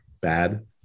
bad